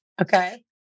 Okay